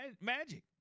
Magic